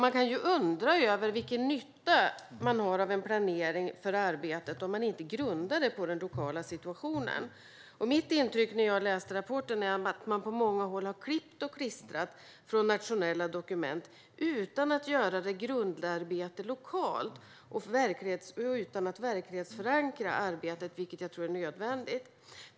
Jag kan undra över vilken nytta man har av en planering för arbetet om den inte grundar sig på den lokala situationen. När jag läste rapporten var mitt intryck att man på många håll hade klippt och klistrat från nationella dokument utan att göra ett grundarbete lokalt och utan att verklighetsförankra arbetet, vilket jag tror är nödvändigt.